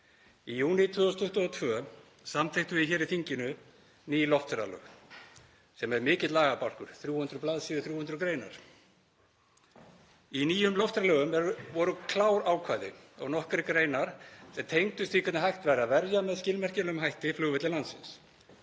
Í júní 2022 samþykktum við hér í þinginu ný loftferðalög sem eru mikill lagabálkur, 300 bls., 300 greinar. Í nýjum loftferðalögum voru klár ákvæði og nokkrar greinar er tengdust því hvernig hægt væri að verja með skilmerkilegum hætti flugvelli landsins.